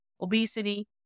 obesity